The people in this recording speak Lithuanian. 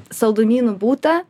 saldumynų būta